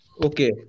Okay